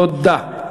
תודה.